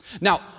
Now